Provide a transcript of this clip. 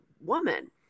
woman